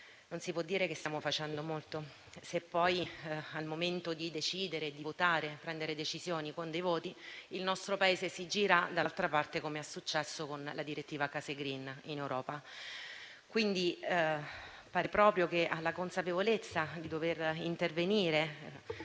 non si può dire che stiamo facendo molto, se poi, al momento di decidere, votare e prendere decisioni con dei voti, il nostro Paese si gira dall'altra parte, come è successo con la direttiva case *green* in Europa. Quindi, pare proprio che, alla consapevolezza di dover intervenire,